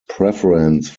preference